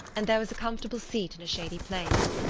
and there was a comfortable seat in a shady place.